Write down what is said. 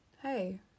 hey